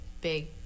big